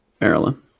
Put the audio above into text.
Maryland